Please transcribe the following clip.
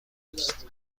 است